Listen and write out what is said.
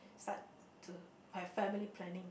start to my family planning